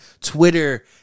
Twitter